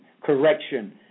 correction